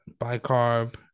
bicarb